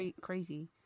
crazy